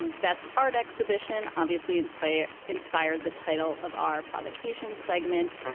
um bet's art exhibition obviously inspired inspired the title of our provocation segment.